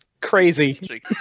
crazy